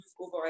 over